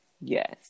Yes